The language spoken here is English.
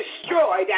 destroyed